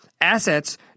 assets